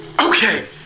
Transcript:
Okay